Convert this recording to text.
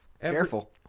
Careful